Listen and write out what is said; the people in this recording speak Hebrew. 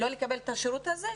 לא לקבל את השירות הזה?